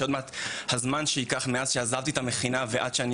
שבגלל הזמן שייקח מאז שעזבתי את המכינה ועד שאני